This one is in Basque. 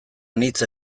anitz